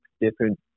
different